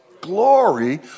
glory